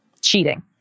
cheating